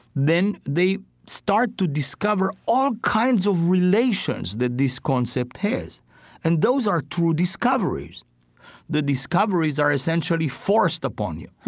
then they start to discover all kinds of relations that this concept has and those are true discoveries the discoveries are essentially forced upon yeah